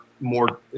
more